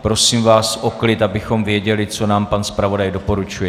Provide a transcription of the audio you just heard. Prosím vás o klid, abychom věděli, co nám pan zpravodaj doporučuje.